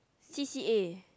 C C A